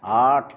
आठ